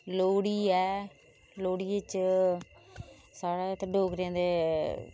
लोहड़ी ऐ लोहड़ियै च साढ़े इत्थै डोगरें दे